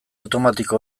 automatiko